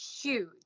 huge